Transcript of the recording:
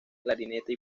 clarinete